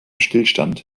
stillstand